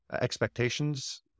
expectations